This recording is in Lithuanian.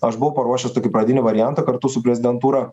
aš buvau paruošęs tokį pradinį variantą kartu su prezidentūra